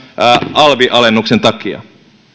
alvialennuksen takia